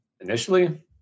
initially